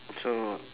so